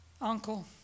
Uncle